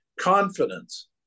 confidence